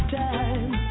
time